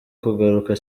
kugaruka